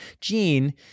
gene